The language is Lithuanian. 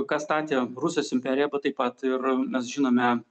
ką statė rusijos imperija bet taip pat ir mes žinome